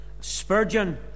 Spurgeon